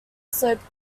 slope